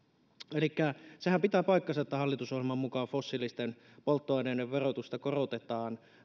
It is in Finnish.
elikkä sehän pitää paikkansa että hallitusohjelman mukaan fossiilisten polttoaineiden verotusta korotetaan